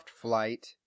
Flight